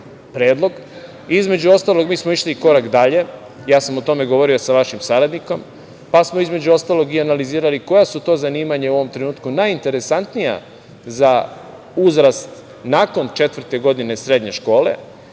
predlog. Između ostalog, mi smo išli i korak dalje, ja sam o tome govorio sa vašim saradnikom, pa smo, između ostalog, i analizirali koja su to zanimanja u ovom trenutku najinteresantnija za uzrast nakon četvrte godine srednje škole